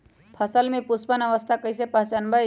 फसल में पुष्पन अवस्था कईसे पहचान बई?